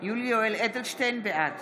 בעד